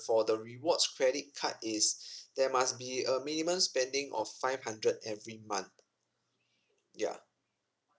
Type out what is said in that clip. for the rewards credit card is there must be a minimum spending of five hundred every month ya